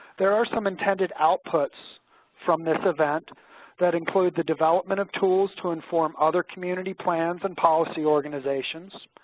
there are some intended outputs from this event that include the development of tools to inform other community plans and policy organizations,